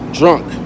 drunk